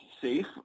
safe